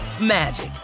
magic